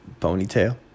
ponytail